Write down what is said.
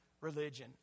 religion